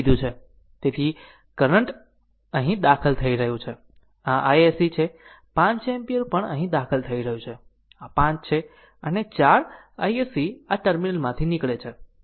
તેથી કરંટ અહીં કરંટ દાખલ થઈ રહ્યું છે આ iSC છે 5 એમ્પીયર પણ અહીં દાખલ થઈ રહ્યું છે આ 5 છે અને 4 iSC આ ટર્મિનલમાંથી નીકળે છે